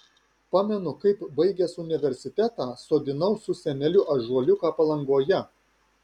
pamenu kaip baigęs universitetą sodinau su seneliu ąžuoliuką palangoje